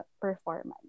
performance